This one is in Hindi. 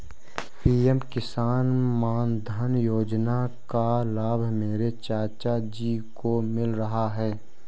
पी.एम किसान मानधन योजना का लाभ मेरे चाचा जी को मिल रहा है